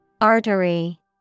Artery